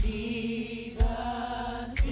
Jesus